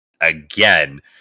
again